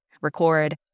record